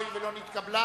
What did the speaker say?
הואיל ולא נתקבלה,